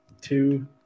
two